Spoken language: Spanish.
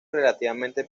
relativamente